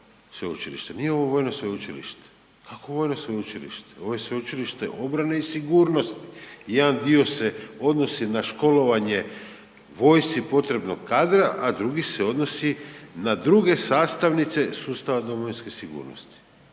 sveučilište“, nije ovo vojno sveučilište, kakvo vojno sveučilište, ovo je Sveučilište obrane i sigurnosti. Jedan dio se odnosi na školovanje vojsci potrebnog kadra, a drugi se odnosi na druge sastavnice sustava domovinske sigurnosti.